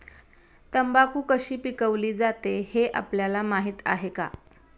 तंबाखू कशी पिकवली जाते हे आपल्याला माहीत आहे का?